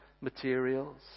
materials